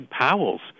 Powell's